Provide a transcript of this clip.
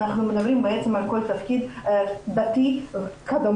אנחנו מדברים בעצם על כל תפקיד דתי כדומה.